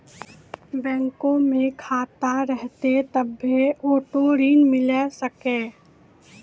बैंको मे खाता रहतै तभ्भे आटो ऋण मिले सकै